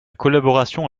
collaboration